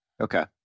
Okay